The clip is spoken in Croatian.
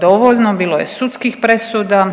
dovoljno, bilo je sudskih presuda